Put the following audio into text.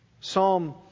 Psalm